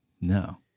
No